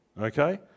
okay